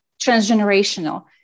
transgenerational